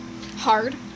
hard